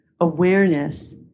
awareness